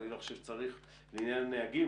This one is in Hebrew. אני לא חושב שצריך לעניין הנהגים,